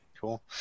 Cool